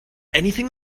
anything